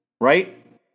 right